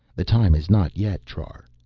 the time is not yet, trar.